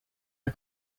the